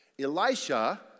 Elisha